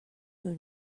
who